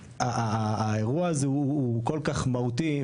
שהאירוע הזה הוא כל כך מהותי,